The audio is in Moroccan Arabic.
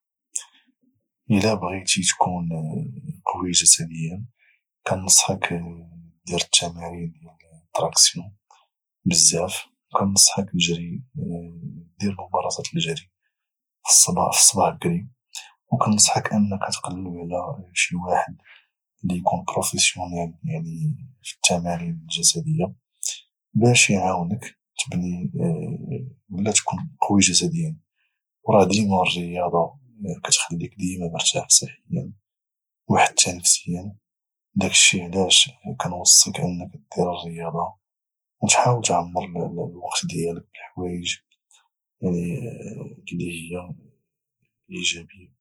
الى بغيتي تكون قوي جسديا كنصحك دير التمارين ديال التراكسيون بزاف او كنصحك دجري دير ممارسة الجري في الصباح بكري او كنصحك انك تقلب على شي واحد اللي يكون بروفيسيونيل يعني في التمارين الجسدية باش اعاونك تبني ولى تكون قوي جسديا وراه ديما الرياضة كتخليك ديما مرتاح صحيا وحتى نفسيا داكشي علاش كنوصيك انك دير الرياضة وتحاول تعمر الوقت ديالك بالحوايج اللي هي اجابية